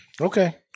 Okay